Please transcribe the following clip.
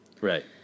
Right